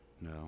No